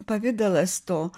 pavidalas to